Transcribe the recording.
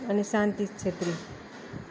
अनि शान्ति छेत्री